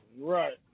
Right